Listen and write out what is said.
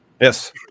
Yes